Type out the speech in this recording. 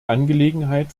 angelegenheit